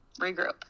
regroup